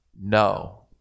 No